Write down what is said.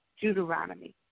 Deuteronomy